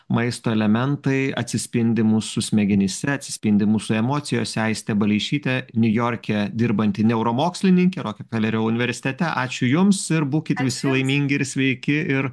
maisto elementai atsispindi mūsų smegenyse atsispindi mūsų emocijose aistė baleišytė niujorke dirbanti neuromokslininkė rokefelerio universitete ačiū jums ir būkit laimingi ir sveiki ir